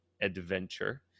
adventure